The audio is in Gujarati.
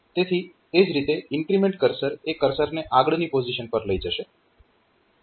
તેથી એ જ રીતે ઇન્ક્રીમેન્ટ કર્સર એ કર્સરને આગળની પોઝીશન પર લઈ જશે